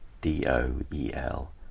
D-O-E-L